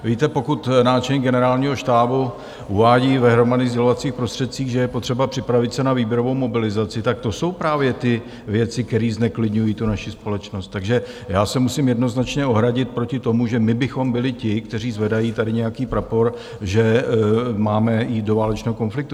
Víte, pokud náčelník Generálního štábu uvádí v hromadných sdělovacích prostředcích, že je potřeba připravit se na výběrovou mobilizaci, tak to jsou právě ty věci, které zneklidňují naši společnost, takže já se musím jednoznačně ohradit proti tomu, že my bychom byli ti, kteří zvedají tady nějaký prapor, že máme jít do válečného konfliktu.